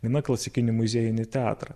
gana klasikinį muziejinį teatrą